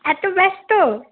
এত ব্যস্ত